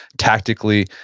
tactically,